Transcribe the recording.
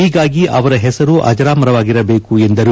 ಹೀಗಾಗಿ ಅವರ ಹೆಸರು ಅಜರಾಮರವಾಗಿರಬೇಕು ಎಂದರು